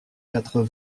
quatre